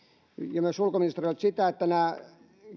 ja myös ulkoministeriöltä sitä että nämä